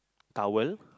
towel